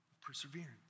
perseverance